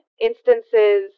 instances